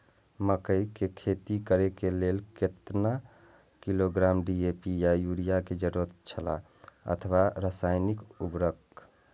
मकैय के खेती करे के लेल केतना किलोग्राम डी.ए.पी या युरिया के जरूरत छला अथवा रसायनिक उर्वरक?